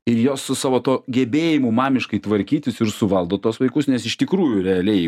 ir jos su savo tuo gebėjimu mamiškai tvarkytis ir suvaldo tuos vaikus nes iš tikrųjų realiai